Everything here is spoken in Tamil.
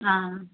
ஆ